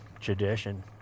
tradition